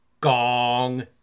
Gong